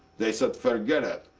they said, forget it.